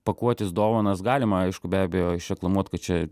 pakuotis dovanas galima aišku be abejo išreklamuot kad čia